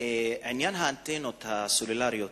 עניין האנטנות הסלולריות